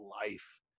life